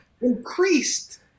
increased